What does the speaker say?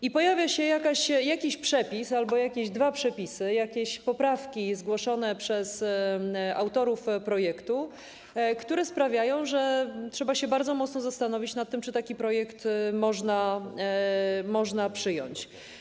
I pojawia się jakiś przepis albo jakieś dwa przepisy, jakieś poprawki zgłoszone przez autorów projektu, które sprawiają, że trzeba się bardzo mocno zastanowić nad tym, czy taki projekt można przyjąć.